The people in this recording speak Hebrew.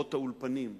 מורות האולפנים,